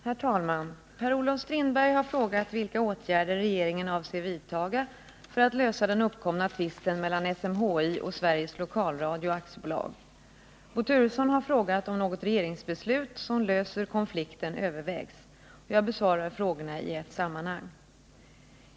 Herr talman! Per-Olof Strindberg har frågat vilka åtgärder regeringen avser att vidtaga för att lösa den uppkomna tvisten mellan SMHI och Sveriges Lokalradio AB. Bo Turesson har frågat om något regeringsbeslut, som löser konflikten, övervägs. Jag besvarar frågorna i ett sammanhang.